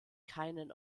keinen